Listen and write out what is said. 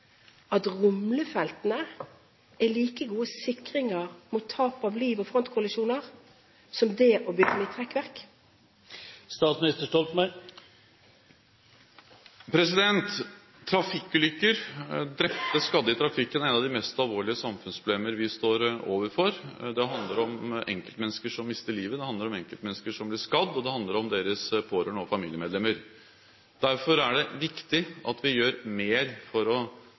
at rumlefeltene er like god sikring mot tap av liv ved frontkollisjoner som det å bygge midtrekkverk? Trafikkulykker – drepte og skadde i trafikken – er et av de mest alvorlige samfunnsproblemene vi står overfor. Det handler om enkeltmennesker som mister livet, det handler om enkeltmennesker som blir skadd, og det handler om deres pårørende og familiemedlemmer. Derfor er det viktig at vi gjør mer for å